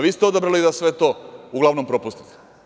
Vi ste odabrali da sve to, uglavnom, propustite.